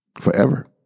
Forever